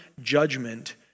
judgment